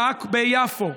ביפו.